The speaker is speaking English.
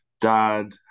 dad